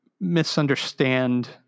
misunderstand